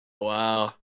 Wow